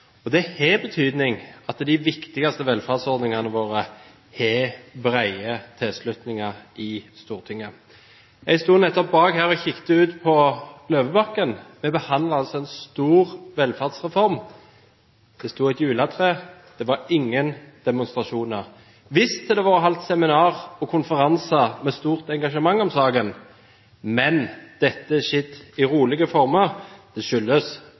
Det har betydning at de viktigste velferdsordningene våre har bred tilslutning i Stortinget. Jeg sto nettopp bak her og kikket ut på Løvebakken. Vi behandler altså en stor velferdsreform – det sto et juletre der, det var ingen demonstrasjoner. Visst har det vært holdt seminar og konferanser med stort engasjement rundt saken, men at dette har skjedd i rolige former, skyldes